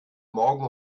morgen